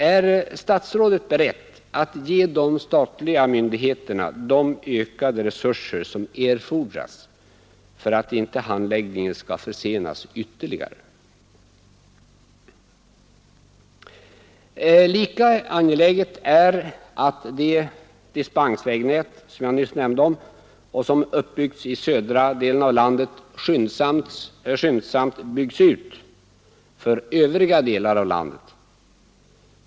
Är statsrådet berett att ge de statliga myndigheterna de ökade resurser som erfordras för att inte handläggningen skall försenas ytterligare? Lika angeläget är att det dispensvägnät som uppbyggts i södra delen av landet skyndsamt byggs ut för övriga delar av landet.